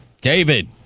David